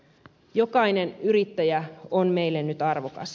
jokainen yrittäjä on meille nyt arvokas